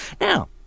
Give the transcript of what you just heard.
Now